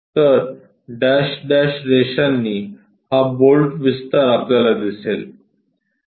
तर dash dash रेषांनी हा बोल्ट विस्तार आपल्याला दिसेल